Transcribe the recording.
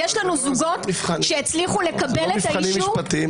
יש לנו זוגות שהצליחו לקבל את האישור,